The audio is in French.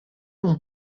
mon